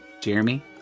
Jeremy